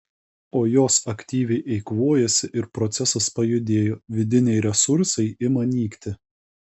o jos aktyviai eikvojasi ir procesas pajudėjo vidiniai resursai ima nykti